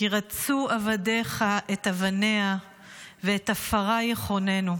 "כי רצו עבדיך את אבניה ואת עפרה יחננו".